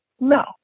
no